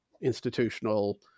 institutional